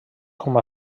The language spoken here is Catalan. com